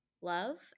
love